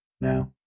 Now